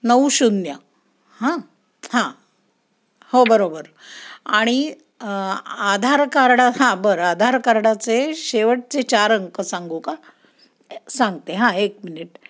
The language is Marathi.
नऊ शून्य हां हो बरोबर आणि आधार कार्डा हां बरं आधार कार्डाचे शेवटचे चार अंक सांगू का सांगते हां एक मिनिट